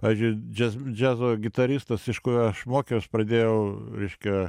pavyzdžiui džiaz džiazo gitaristas iš kurio aš mokiaus pradėjau reiškia